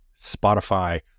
Spotify